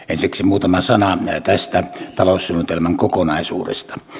ensiksi muutama sana tästä taloussuunnitelman kokonaisuudesta